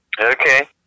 Okay